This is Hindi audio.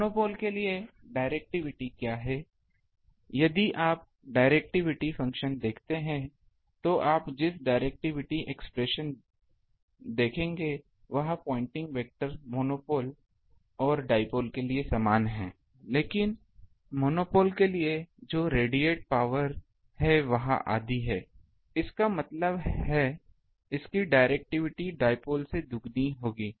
मोनोपोल के लिए डिरेक्टिविटी क्या है यदि आप डिरेक्टिविटी फ़ंक्शन को देखते हैं तो आप जिस डिरेक्टिविटी एक्सप्रेशन देखेंगे वह पॉइंटिंग वेक्टर मोनोपोल और डाइपोल के लिए समान है लेकिन मोनोपोल के लिए जो रेडिएट पावर है वह आधी है इसका मतलब है इसकी डिरेक्टिविटी डाइपोल से दोगुनी होगी